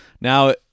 Now